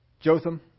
Jotham